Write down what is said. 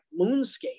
moonscape